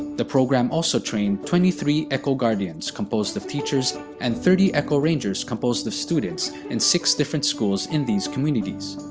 the program also trained twenty three eco-guardians composed of teachers and thirty eco-rangers composed of students in six different schools in these communities.